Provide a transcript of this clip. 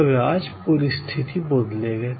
তবে আজ পরিস্থিতি বদলে গেছে